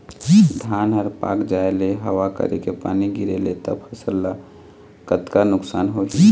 धान हर पाक जाय ले हवा करके पानी गिरे ले त फसल ला कतका नुकसान होही?